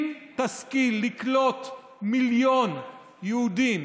אם תשכיל לקלוט מיליון יהודים,